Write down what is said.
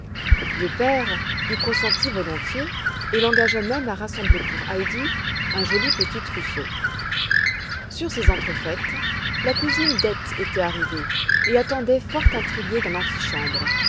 le père y consentit volontiers et l'engagea même à rassembler pour heidi un joli petit trousseau sur ces entrefaites la cousine dete était arrivée et attendait fort intriguée dans l'antichambre